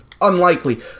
unlikely